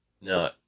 No